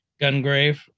Gungrave